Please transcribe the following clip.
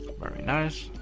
very nice.